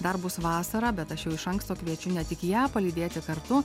dar bus vasarą bet aš jau iš anksto kviečiu ne tik ją palydėti kartu